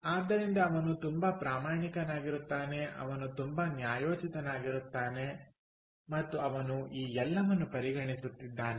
ಆದ್ದರಿಂದ ಅವನು ತುಂಬಾ ಪ್ರಾಮಾಣಿಕನಾಗಿರುತ್ತಾನೆ ಅವನು ತುಂಬಾ ನ್ಯಾಯೋಚಿತನಾಗಿರುತ್ತಾನೆ ಮತ್ತು ಅವನು ಈ ಎಲ್ಲವನ್ನು ಪರಿಗಣಿಸುತ್ತಿದ್ದಾನೆ